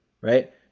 right